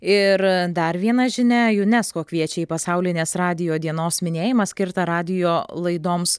ir dar viena žinia junesko kviečia į pasaulinės radijo dienos minėjimą skirtą radijo laidoms